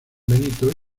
benito